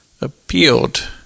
appealed